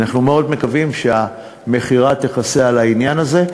אנחנו מאוד מקווים שהמכירה תכסה את העניין הזה.